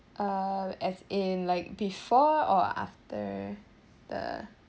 uh as in like before or after the